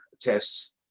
tests